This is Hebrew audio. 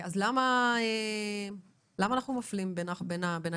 אז למה אנחנו מפלים בין האזרחים?